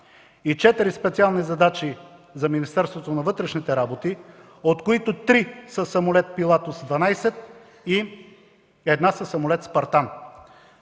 специални задачи за Министерството на вътрешните работи, от които три – със самолет „Пилатус 12” и една – със самолет „Спартан”.